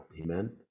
amen